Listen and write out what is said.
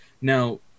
now